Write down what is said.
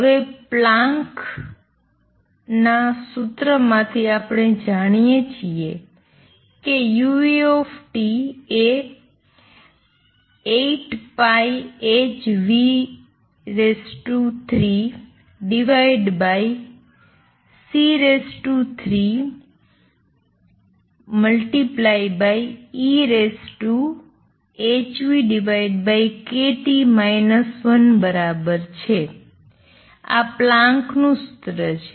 હવે પ્લેન્કનાPlanck's સૂત્રમાંથી આપણે જાણીએ છીએ કે uT એ 8πh3c3ehνkT 1 બરાબર છે આ પ્લાન્કનુંPlanck's સૂત્ર છે